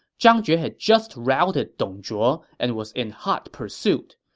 zhang jue had just routed dong zhuo and was in hot pursuit.